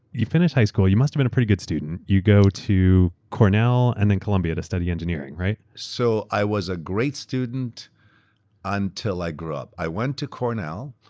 you finished high school. you must have been a pretty good student. you go to cornell and then columbia to study engineering, right? so i was a great student until i grew up. i went to cornell,